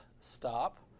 Stop